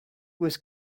was